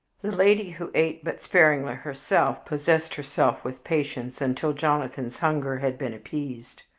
lady, who ate but sparingly herself, possessed herself with patience until jonathan's hunger had been appeased.